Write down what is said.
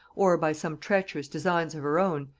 or by some treacherous designs of her own,